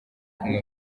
kumwe